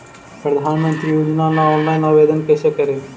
प्रधानमंत्री योजना ला ऑनलाइन आवेदन कैसे करे?